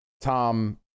Tom